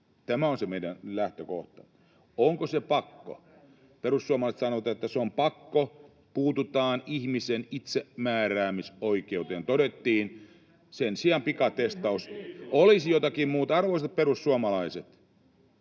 Tämä on se meidän lähtökohtamme. Onko se pakko? Perussuomalaiset sanovat, että se on pakko: puututaan ihmisen itsemääräämisoikeuteen, todettiin, [Sanna Antikainen: Niin tehdään!] ja sen sijaan pikatestaus olisi jotakin muuta. Arvoisat perussuomalaiset,